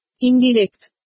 Indirect